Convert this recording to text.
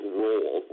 role